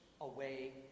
away